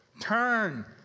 Turn